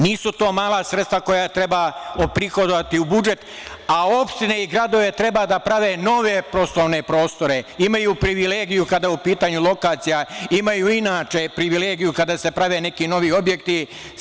Nisu to mala sredstva koja treba prihodovati u budžet, a opštine i gradovi treba da prave nove poslovne prostore, imaju privilegiju kada je u pitanju lokacija, imaju inače privilegiju kada se prave neki novi objekti.